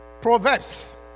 Proverbs